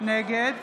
נגד